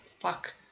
fuck